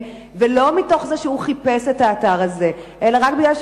ולא מתוך זה שהוא חיפש את האתר הזה אלא רק כי הוא